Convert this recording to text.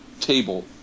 table